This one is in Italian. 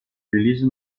release